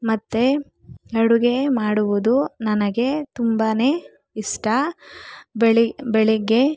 ಮತ್ತೆ ಅಡುಗೆ ಮಾಡುವುದು ನನಗೆ ತುಂಬಾನೇ ಇಷ್ಟ ಬೆಳಿ ಬೆಳಿಗ್ಗೆ